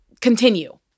continue